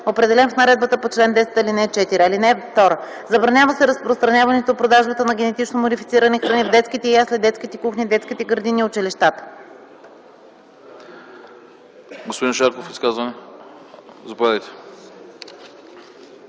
определен в наредбата по чл. 10, ал. 4. (2) Забранява се разпространението и продажбата на генетично модифицирани храни в детските ясли, детските кухни, детските градини и училищата.”